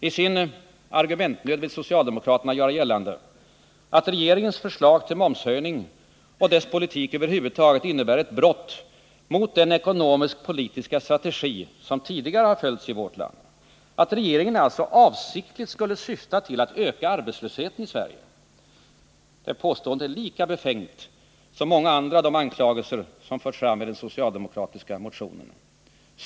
I sin argumentnöd vill socialdemokraterna göra gällande att regeringens förslag till momshöjning och dess politik över huvud taget innebär ett brott mot den ekonomisk-politiska strategi som tidigare följts i vårt land, att regeringen alltså avsiktligt skulle syfta till att öka arbetslösheten i Sverige. Påståendet är lika befängt som många andra av de anklagelser som förts fram i den socialdemokratiska motionen.